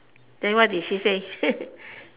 then what did she say